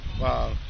wow